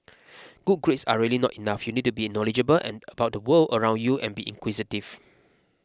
good grades are really not enough you need to be knowledgeable and about the world around you and be inquisitive